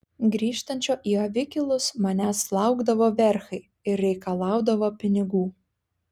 grįžtančio į avikilus manęs laukdavo verchai ir reikalaudavo pinigų